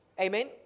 Amen